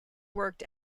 worked